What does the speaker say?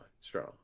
strong